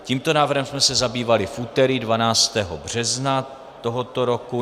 Tímto návrhem jsme se zabývali v úterý 12. března tohoto roku.